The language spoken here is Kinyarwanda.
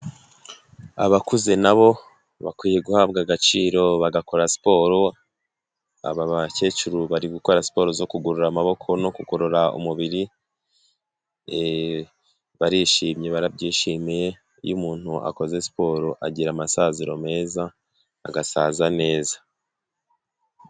Abakuze na bo bakwiye guhabwa agaciro bagakora siporo, aba bakecuru bari gukora siporo zo kugorora amaboko no kugorora umubiri, barishimye barabyishimiye, iyo umuntu akoze siporo agira amasaziro meza agasaza neza.